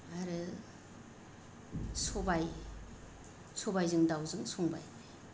आरो सबाय सबायजों दाउजों संबाय